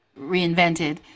reinvented